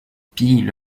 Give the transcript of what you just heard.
pillent